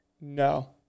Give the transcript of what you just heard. No